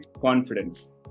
confidence